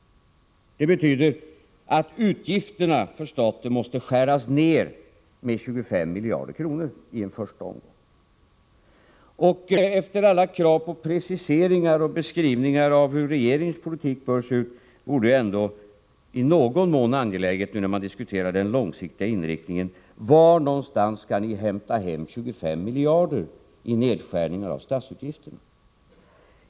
Det betyder att utgifterna för staten måste skäras ned med 25 miljarder kronor i en första omgång. Efter alla krav på preciseringar och beskrivningar av hur regeringens politik bör se ut är det i någon mån angeläget, när vi diskuterar den 41 politiken på medellång sikt långsiktiga inriktningen, att de borgerliga anger var de skall hämta 25 miljarder i nedskärningar av statsutgifterna.